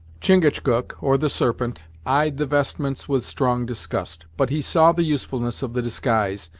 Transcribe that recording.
chingachgook, or the serpent, eyed the vestments with strong disgust but he saw the usefulness of the disguise,